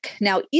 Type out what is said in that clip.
Now